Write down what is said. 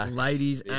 ladies